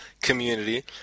community